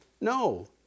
No